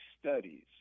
studies